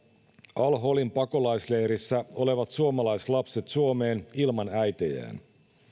al holin pakolaisleirissä olevat suomalaislapset suomeen ilman äitejään